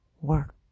work